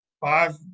Five